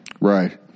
right